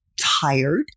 tired